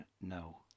No